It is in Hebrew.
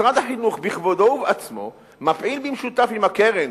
משרד החינוך בכבודו ובעצמו מפעיל במשותף עם הקרן